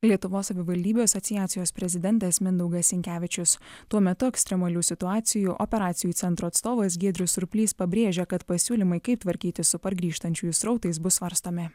lietuvos savivaldybių asociacijos prezidentas mindaugas sinkevičius tuo metu ekstremalių situacijų operacijų centro atstovas giedrius surplys pabrėžė kad pasiūlymai kaip tvarkytis su pargrįžtančiųjų srautais bus svarstomi